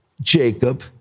Jacob